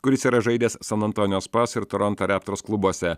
kuris yra žaidęs san antonijo spos ir toronto reptors klubuose